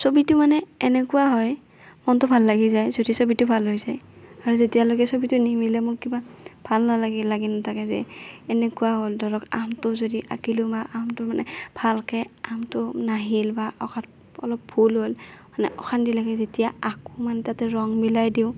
ছবিটো মানে এনেকুৱা হয় মনটো ভাল লাগি যায় যদি ছবিটো ভাল হৈ যায় আৰু যেতিয়ালৈকে ছবিটো নিমিলে মোৰ কিবা ভাল নালাগে লাগি নাথাকে যে এনেকুৱা হ'ল ধৰক আমটো যদি আঁকিলো বা আমটো মানে ভালকৈ আমটো নাহিল বা অঁকাত অলপ ভুল হ'ল মানে অশান্তি লাগে যেতিয়া আঁকো মানে তাতে ৰং মিলাই দিওঁ